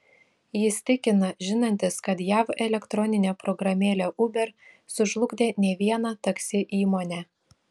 jis tikina žinantis kad jav elektroninė programėlė uber sužlugdė ne vieną taksi įmonę